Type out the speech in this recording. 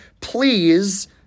please